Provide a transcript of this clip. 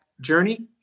journey